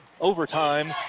overtime